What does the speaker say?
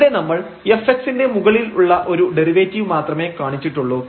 ഇവിടെ നമ്മൾ fx ന്റെ മുകളിൽ ഉള്ള ഒരു ഡെറിവേറ്റീവ് മാത്രമേ കാണിച്ചിട്ടുള്ളൂ